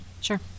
Sure